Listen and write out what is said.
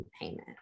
payment